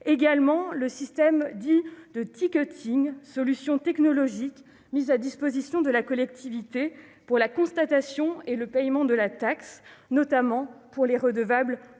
également au sujet du système de, solution technologique mise à la disposition de la collectivité pour la constatation et le paiement de la taxe, notamment pour les redevables occasionnels.